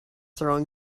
throwing